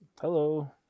hello